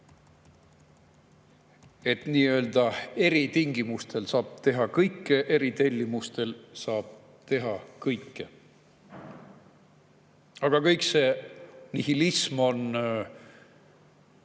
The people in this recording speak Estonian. et nii-öelda eritingimustel saab teha kõike, eritellimusel saab teha kõike. Kogu see nihilism on